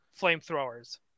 flamethrowers